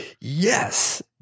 Yes